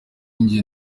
njye